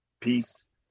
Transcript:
peace